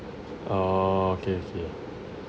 orh okay okay